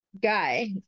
guy